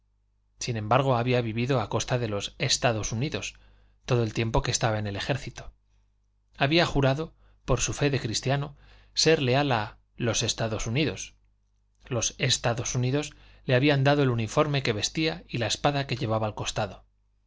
sin embargo había vivido a costa de los estados unidos todo el tiempo que estaba en el ejército había jurado por su fe de cristiano ser leal a los estados unidos los estados unidos le habían dado el uniforme que vestía y la espada que llevaba al costado